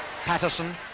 Patterson